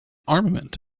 armament